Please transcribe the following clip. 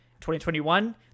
2021